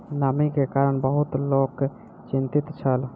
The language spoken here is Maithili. नमी के कारण बहुत लोक चिंतित छल